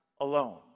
alone